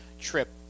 trip